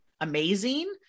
amazing